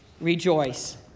Rejoice